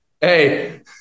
Hey